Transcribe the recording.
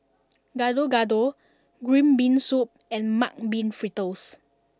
Gado Gado Green Bean Soup and Mung Bean Fritters